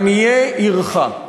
עניי עירך.